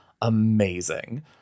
amazing